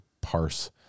parse